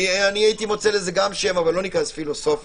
הייתי מוצא לזה גם שם, אבל לא ניכנס לפילוסופיה.